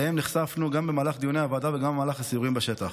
שאליהם נחשפנו גם במהלך דיוני הוועדה וגם במהלך הסיורים בשטח.